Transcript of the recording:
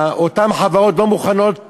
אותן חברות לא מוכנות